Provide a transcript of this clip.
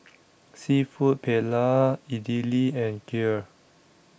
Seafood Paella Idili and Kheer